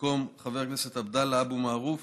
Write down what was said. במקום חבר הכנסת עבדאללה אבו מערוף